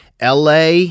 LA